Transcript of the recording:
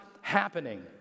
happening